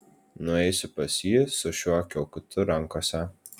nueisiu pas jį su šiuo kiaukutu rankose